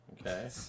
okay